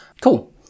Cool